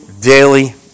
daily